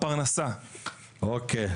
של חברי הכנסת יוראי להב הרצנו,